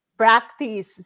practice